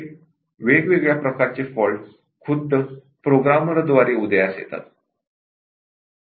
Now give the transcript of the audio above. काही वेगवेगळ्या प्रकारचे फॉल्ट खुद्द प्रोग्रामरद्वारे उदयास येतात